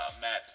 Matt